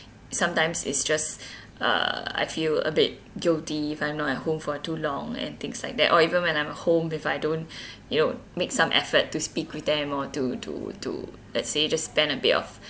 sometimes it's just uh I feel a bit guilty if I'm not at home for too long and things like that or even when I'm home if I don't you know make some effort to speak with them or to to to let's say just spend a bit of